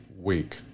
week